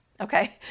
okay